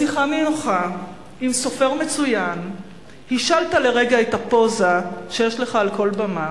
בשיחה נינוחה עם סופר מצוין השלת לרגע את הפוזה שיש לך על כל במה